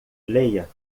leia